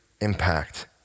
impact